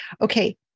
okay